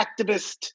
activist